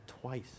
twice